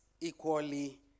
equally